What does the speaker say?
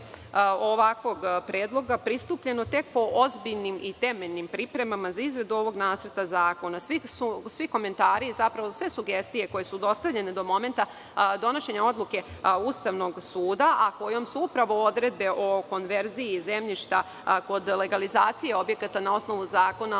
ovakvog predloga pristupljeno po ozbiljnim i temeljnim pripremama za izradu ovog nacrta zakona. Sve sugestije koje su dostavljene do momenta donošenja odluke Ustavnog suda, a kojom se upravo odredbe o konverziji zemljišta kod legalizacije objekata na osnovu Zakona